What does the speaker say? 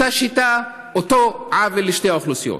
אותה שיטה, אותו עוול לשתי האוכלוסיות.